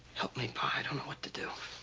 help me, pa. i don't know what to do.